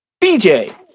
BJ